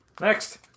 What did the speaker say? Next